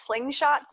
slingshots